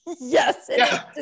Yes